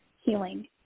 healing